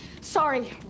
Sorry